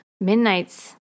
Midnight's